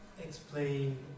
explain